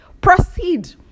proceed